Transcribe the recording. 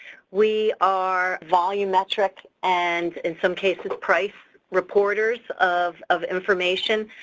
we are volumetric and in some cases price reporters of, of information.